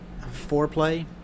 foreplay